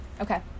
Okay